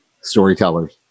storytellers